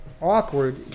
awkward